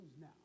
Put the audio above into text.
now